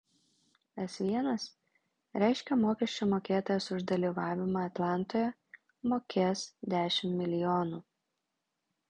s l reiškia mokesčių mokėtojas už dalyvavimą atlantoje mokės dešimt milijonų